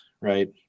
right